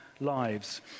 lives